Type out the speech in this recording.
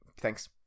thanks